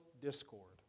discord